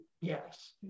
Yes